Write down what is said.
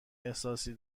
احساسی